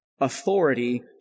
authority